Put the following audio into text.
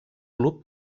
club